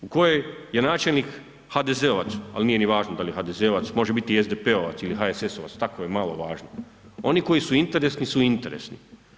U kojoj je načelnik HDZ-ovac, ali nije ni važno da li je HDZ-ovac, može biti SDP-ovac ili HSS-ovac tako je malo važno, oni koji su interesni, su interesni.